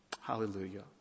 Hallelujah